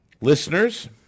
listeners